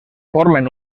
formen